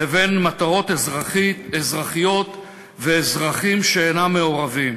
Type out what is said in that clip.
לבין מטרות אזרחיות ואזרחים שאינם מעורבים.